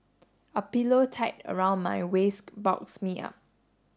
a pillow tied around my waist bulks me up